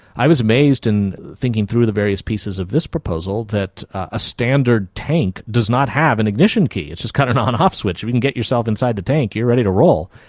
i was amazed in thinking through the various pieces of this proposal that a standard tank does not have an ignition key, it's just kind of an on off switch. if you can get yourself inside the tank you are ready to roll.